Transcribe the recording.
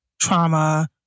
trauma